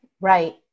Right